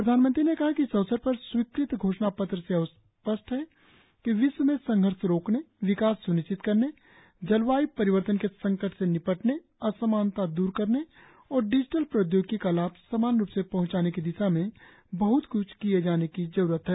प्रधानमंत्री ने कहा कि इस अवसर पर स्वीक़त घोषणापत्र से स्पष्ट है कि विश्व में संघर्ष रोकने विकास स्निश्चित करने जलवाय् परिवर्तन के संकट से निपटने असामनता दूर करने और डिजिटल प्रौद्योगिकी का लाभ समान रुप से पहंचाने की दिशा में बहत कुछ किये जाने की जरुरत है